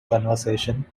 conversation